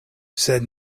sed